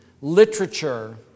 literature